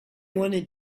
wanted